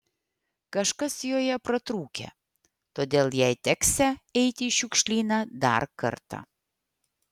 kažkas joje pratrūkę todėl jai teksią eiti į šiukšlyną dar kartą